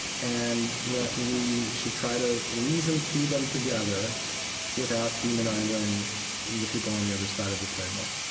and that we should try to reason through them together without demonizing the people on the other side of the table